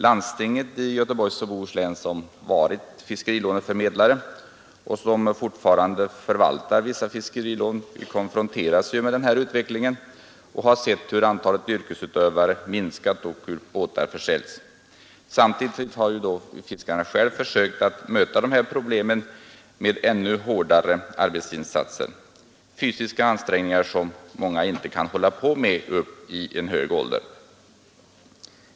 Landstinget i Göteborgs och Bohus län, som varit fiskerilåneförmedlare och som fortfarande förvaltar vissa fiskerilån, konfronteras med den här utvecklingen och har sett hur antalet yrkesutövare minskat och hur båtar försäljs. Samtidigt har fiskarna själva försökt möta dessa problem med ännu hårdare arbetsinsatser. Det innebär fysiska ansträngningar som många inte kan klara vid hög ålder.